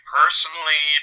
personally